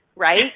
right